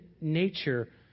nature